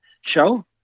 show